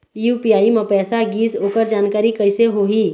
UPI म पैसा गिस ओकर जानकारी कइसे होही?